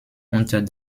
unter